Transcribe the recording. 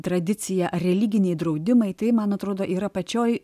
tradicija religiniai draudimai tai man atrodo yra pačioj